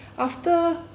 after